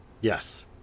Yes